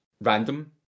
random